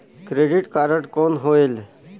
Credit card कौन होएल?